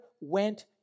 went